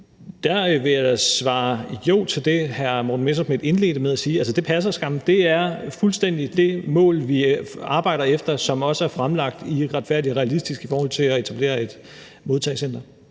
der vil jeg da svare ja til det, hr. Morten Messerschmidt indledte med at sige, for det passer skam. Det er fuldstændig det mål, vi arbejder efter, som også er fremlagt i »Retfærdig og Realistisk« i forhold til at etablere et modtagecenter.